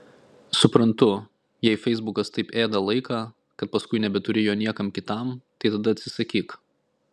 suprantu jei feisbukas taip ėda laiką kad paskui nebeturi jo niekam kitam tai tada atsisakyk